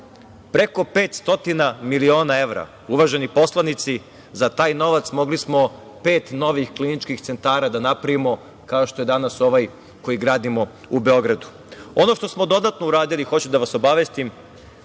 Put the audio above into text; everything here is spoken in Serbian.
Preko 500 miliona evra. Uvaženi poslanici, za taj novac mogli smo pet novih kliničkih centara da napravimo, kao što je danas ovaj koji gradimo u Beogradu. Ono što smo dodatno uradili, hoću da vas obavestim,